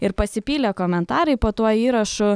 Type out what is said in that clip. ir pasipylė komentarai po tuo įrašu